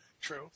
true